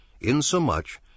insomuch